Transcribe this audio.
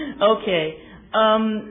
Okay